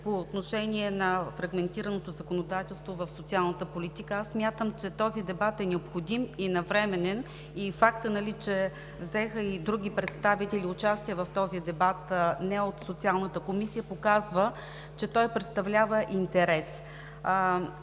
по отношение на фрагментираното законодателство в социалната политика. Аз смятам, че този дебат е необходим и навременен. Фактът, че взеха и други представители участие в този дебат, не от Социалната комисия, показва, че той представлява интерес.